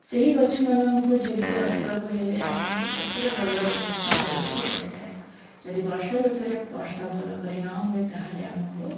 ସେହି ଗଛମାନଙ୍କୁ ଜୀବିତ ରଖିବାକୁ ହେଲେ ଆମକୁ ପ୍ରଚୁର ଜଳର ବ୍ୟବସ୍ଥା କରିବାକୁ ପଡ଼ିଥାଏ ଯଦି ବର୍ଷା ଋତୁରେ ବର୍ଷା ଭଲ କରି ନ ହୁଏ ତାହେଲେ ଆମକୁ